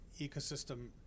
ecosystem